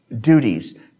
duties